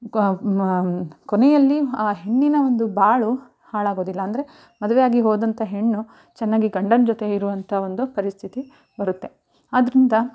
ಗಾ ಮಾ ಕೊನೆಯಲ್ಲಿ ಆ ಹೆಣ್ಣಿನ ಒಂದು ಬಾಳು ಹಾಳಾಗೋದಿಲ್ಲ ಅಂದರೆ ಮದುವೆಯಾಗಿ ಹೋದಂಥ ಹೆಣ್ಣು ಚೆನ್ನಾಗಿ ಗಂಡನ ಜೊತೆ ಇರುವಂಥ ಒಂದು ಪರಿಸ್ಥಿತಿ ಬರುತ್ತೆ ಆದ್ದರಿಂದ